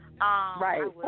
Right